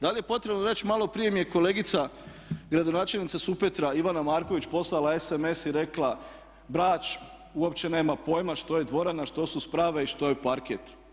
Da li je potrebno reći, malo prije mi je kolegica gradonačelnica Supetra Ivana Marković poslala sms i rekla Brač uopće nema pojma što je dvorana, što su sprave i što je parket.